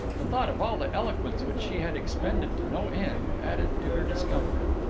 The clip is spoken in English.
the thought of all the eloquence which she had expended to no end added to her discomfort.